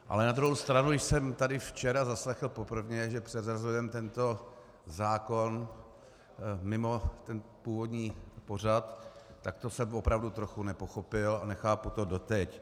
Ale na druhou stranu jsem tady včera zaslechl poprvé, že přeřazujeme tento zákon mimo ten původní pořad, tak to jsem opravdu trochu nepochopil a nechápu to doteď.